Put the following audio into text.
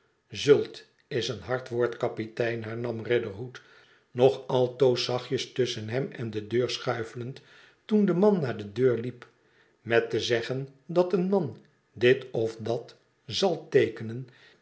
zult is een hard woord kapitein hernam riderhood nog altoos zachtjes tusschen hem en de deur schuifelend toen de man naar de deur tiep met te zeggen dat een man dit of dat zal teekenen